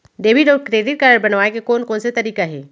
Debit अऊ credit card बनवाए के कोन कोन से तरीका हे?